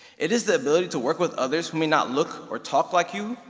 it is the ability to work with others who may not look or talk like you,